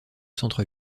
centre